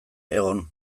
egon